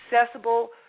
accessible